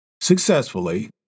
successfully